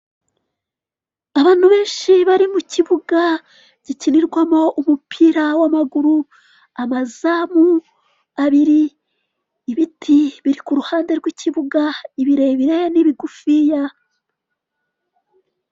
Abantu benshi bari mu kibuga gikinirwamo umupira w'amaguru abazamu abiri, ibiti biri kuruhande rw'ikibuga ibirebire n'ibigufiya.